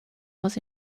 was